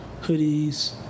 hoodies